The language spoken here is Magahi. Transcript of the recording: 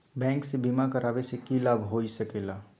बैंक से बिमा करावे से की लाभ होई सकेला?